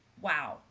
wow